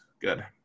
good